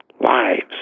lives